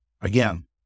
Again